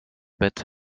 bett